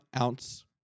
ounce